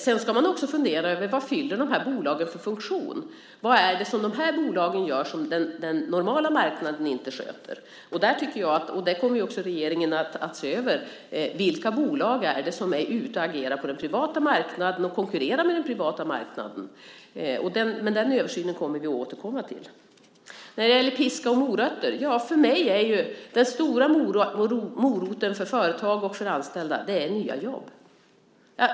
Sedan får man fundera över vad bolagen fyller för funktion. Vad är det som de bolagen gör som den normala marknaden inte sköter? Där kommer också regeringen att se över vilka bolag som är ute och agerar och konkurrerar på den privata marknaden. Den översynen kommer vi att återkomma till. Sedan var det frågan om piska och morötter. Den stora moroten för företag och anställda är nya jobb.